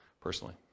personally